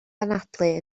anadlu